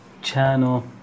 channel